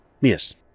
Yes